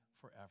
forever